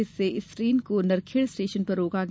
जिससे इस ट्रेन को नरखेड़ स्टेशन पर रोका गया